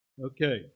Okay